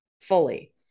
fully